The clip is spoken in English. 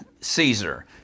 Caesar